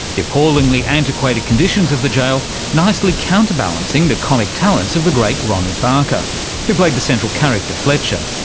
the appallingly antiquated conditions of the jail nicely counterbalancing the comic talents of the great ronnie barker who played the central character fletcher.